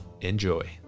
enjoy